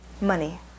money